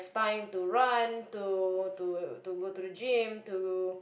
time to run to to to go to the gym to